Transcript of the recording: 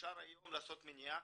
אפשר היום לעשות מניעה.